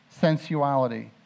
sensuality